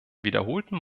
wiederholten